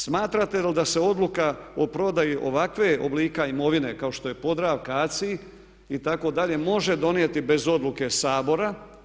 Smatrate li da se odluka o prodaji ovakve oblika imovine kao što je Podravka, ACI itd. može donijeti bez odluke Sabora.